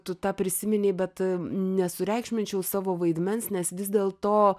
tu tą prisiminei bet nesureikšminčiau savo vaidmens nes vis dėlto